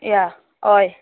या हय